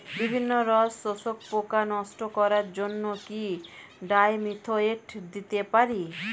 বিভিন্ন রস শোষক পোকা নষ্ট করার জন্য কি ডাইমিথোয়েট দিতে পারি?